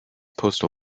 postal